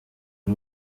ari